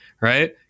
right